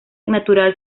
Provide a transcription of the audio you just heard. natural